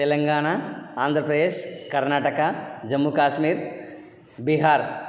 Telangana Andhra Pradesh Karnataka Jammu Kashmir Bihar